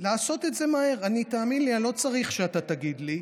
לעשות את זה מהר, תאמין לי, אני לא צריך שתגיד לי.